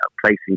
placing